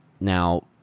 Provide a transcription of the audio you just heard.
Now